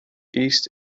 east